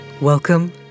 Welcome